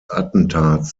attentats